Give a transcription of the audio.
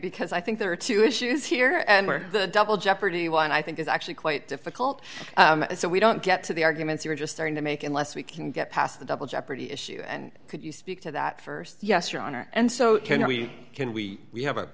because i think there are two issues here and where the double jeopardy one i think is actually quite difficult so we don't get to the arguments you're just starting to make unless we can get past the double jeopardy issue and could you speak to that st yes your honor and so we can we we have a